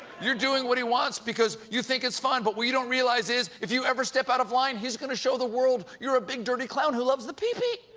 you're doing what he wants because you think it's fun, but what you don't realize is, if you ever step out of line, he's going to show the world that you're a big dirty clown who loves the peepee.